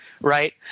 Right